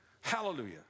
Hallelujah